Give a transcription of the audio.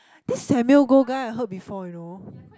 this Samuel-Goh guy I heard before you know